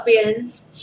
appearance